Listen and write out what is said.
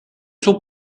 sont